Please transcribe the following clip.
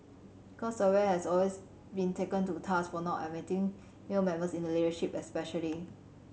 because Aware has always been taken to task for not admitting male members in the leadership especially